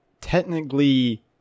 technically